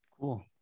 Cool